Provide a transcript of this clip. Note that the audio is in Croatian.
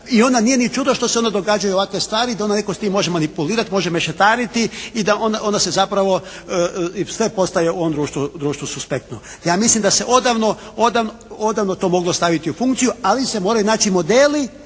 i onda nije ni čudo što se onda događaju ovakve stvari da netko s tim može manipulirati, može mešetariti i da onda se zapravo i sve postaje u ovom društvu suspektno. Ja mislim da se odavno to moglo staviti u funkciju ali se moraju naći modeli